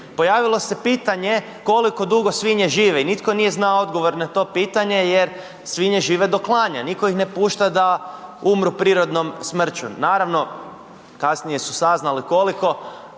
pojavilo se pitanje koliko dugo svinje žive i nitko nije znao odgovor na to pitanje jer svinje žive do klanja, nitko ih ne pušta da umru prirodnom smrću. Naravno, kasnije su saznali koliko.